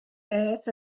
beth